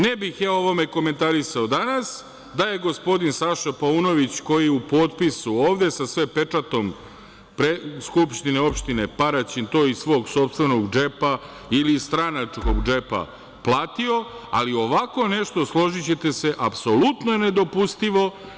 Ne bih ja o ovome komentarisao danas da je gospodin Saša Paunović koji je u potpisu ovde sa sve pečatom SO Paraćin to iz svog sopstvenog džepa ili stranačkog džepa platio, ali ovako nešto, složićete se, apsolutno je nedopustivo.